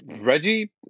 Reggie